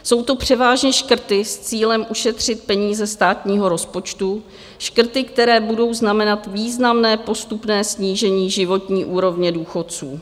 Jsou to převážně škrty s cílem ušetřit peníze státního rozpočtu, škrty, které budou znamenat významné postupné snížení životní úrovně důchodců.